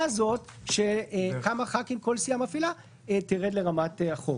הזאת של כמה חברי כנסת כל סיעה מפעילה ירד לרמת החוק?